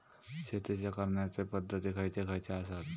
शेतीच्या करण्याचे पध्दती खैचे खैचे आसत?